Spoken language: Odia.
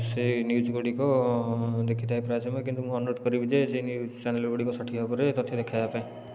ସେହି ନ୍ୟୁଜ ଗୁଡ଼ିକ ଦେଖିଥାଏ ପ୍ରାୟ ସମୟ କିନ୍ତୁ ମୁଁ ଅନୁରୋଧ କରିବି ଯେ ସେ ନ୍ୟୁଜ ଚ୍ୟାନେଲ ଗୁଡ଼ିକ ସଠିକ୍ ଭାବରେ ତଥ୍ୟ ଦେଖାଇବା ପାଇଁ